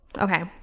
Okay